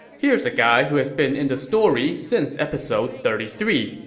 here's a guy who has been in the story since episode thirty three,